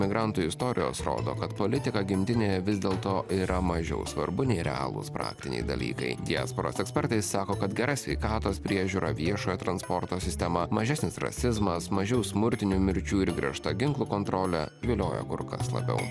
migrantų istorijos rodo kad politika gimtinėje vis dėlto yra mažiau svarbu nei realūs praktiniai dalykai diasporos ekspertai sako kad gera sveikatos priežiūra viešojo transporto sistema mažesnis rasizmas mažiau smurtinių mirčių ir griežta ginklų kontrolė vilioja kur kas labiau